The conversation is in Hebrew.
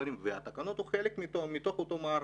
והתקנות הן חלק מתוך אותו מארג.